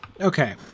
Okay